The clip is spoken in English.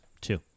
Two